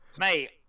Mate